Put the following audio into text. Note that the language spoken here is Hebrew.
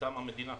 מטעם המדינה,